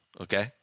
okay